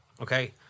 Okay